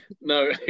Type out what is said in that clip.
No